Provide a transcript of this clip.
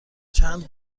چند